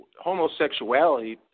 homosexuality